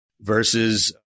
versus